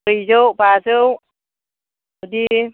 ब्रैजौ बाजौ बिदि